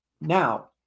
now